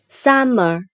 SUMMER